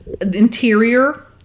interior